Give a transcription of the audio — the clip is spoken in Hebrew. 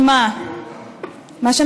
שומע את הנואמים,